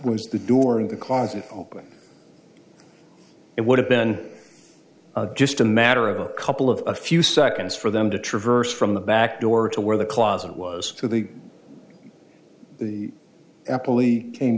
was the door of the closet open it would have been just a matter of a couple of a few seconds for them to traverse from the back door to where the closet was to the the employee came